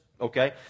okay